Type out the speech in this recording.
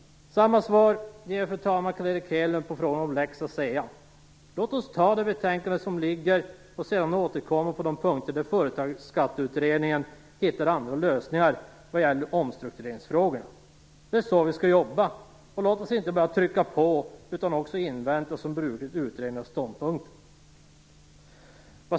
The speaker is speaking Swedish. Fru talman! På frågan om lex Asea ger jag Carl Erik Hedlund samma svar: Låt oss anta förslagen i det framlagda betänkandet och sedan återkomma på de punkter där Företagsskatteutredningen finner andra lösningar vad gäller omstruktureringsfrågorna. Det är så vi skall jobba. Låt oss inte bara driva på utan, som brukligt, invänta utredningarnas ståndpunkter. Fru talman!